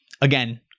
again